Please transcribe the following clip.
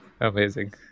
Amazing